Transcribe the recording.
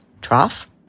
trough